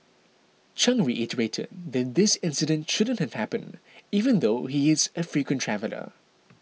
Chang reiterated that this incident shouldn't have happened even though he is a frequent traveller